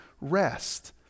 rest